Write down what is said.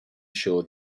show